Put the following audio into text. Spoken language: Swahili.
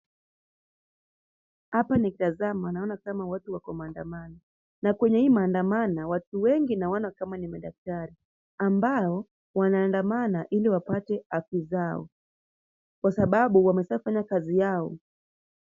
Hapa nikitazama naona kama watu wako maandamano na kwenye hii maandanano watu wengi naona kama ni madaktari ambao wanaandamana ili wapate haki zao kwa sababu wameshafanya kazi yao.